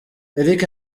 eric